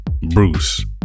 Bruce